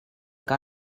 que